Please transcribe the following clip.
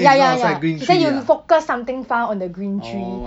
ya ya ya they say you focus something far on the green tree